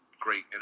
great